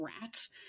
rats